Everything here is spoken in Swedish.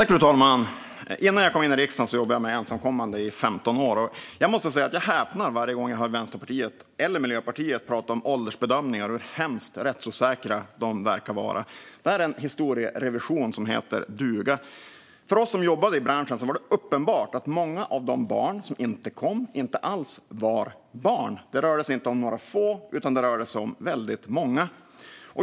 Fru talman! Innan jag kom in i riksdagen jobbade jag med ensamkommande i 15 år. Jag måste säga att jag häpnar varje gång jag hör Vänsterpartiet eller Miljöpartiet prata om åldersbedömningar och hur hemskt rättsosäkra de verkar vara. Det är en historierevision som heter duga. För oss som jobbade i branschen var det uppenbart att många av de barn som kom inte alls var barn. Det rörde sig inte om några få utan om väldigt många.